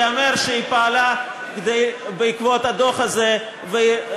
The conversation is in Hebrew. ייאמר שהיא פעלה בעקבות הדוח הזה והתחילה